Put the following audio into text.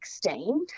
2016